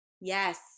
Yes